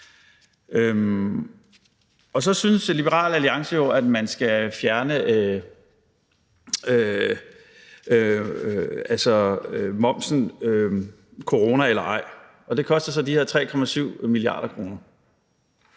Så synes Liberal Alliance jo, at man skal fjerne momsen, corona eller ej. Det koster så de her 3,7 mia. kr.